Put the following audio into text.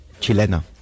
Chilena